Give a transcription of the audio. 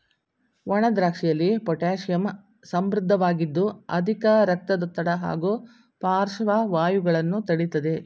ಒಣದ್ರಾಕ್ಷಿಯಲ್ಲಿ potassium ಸಮೃದ್ಧವಾಗಿದ್ದು ಅಧಿಕ ರಕ್ತದೊತ್ತಡ ಹಾಗೂ ಪಾರ್ಶ್ವವಾಯುಗಳನ್ನು ತಡಿತದೆ